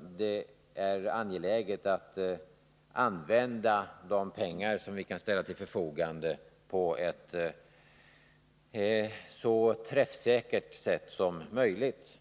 Det är angeläget att använda de pengar som vi kan ställa till förfogande på ett så träffsäkert sätt som möjligt.